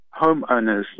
homeowners